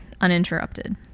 uninterrupted